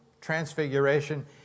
Transfiguration